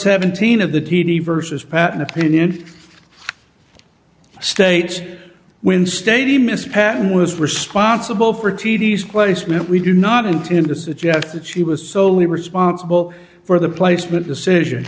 seventeen of the t d versus patton opinion states when stadium miss patton was responsible for t d s placement we do not intend to suggest that she was solely responsible for the placement decision